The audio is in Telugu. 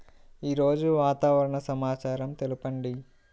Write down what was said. ఈరోజు వాతావరణ సమాచారం తెలుపండి